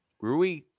Rui